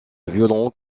violon